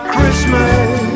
Christmas